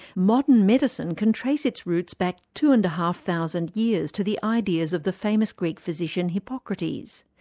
modern medicine can trace its roots back two and a half thousand years to the ideas of the famous greek physician, hippocrates,